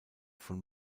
von